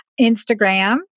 Instagram